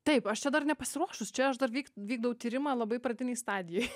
taip aš čia dar nepasiruošus čia aš dar vyk vykdau tyrimą labai pradinėj stadijoj